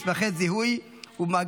ונתוני זיהוי ביומטריים במסמכי זיהוי ובמאגר